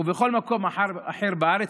ובכל מקום אחר בארץ,